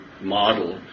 model